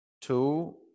two